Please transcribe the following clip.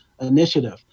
initiative